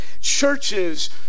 churches